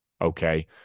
okay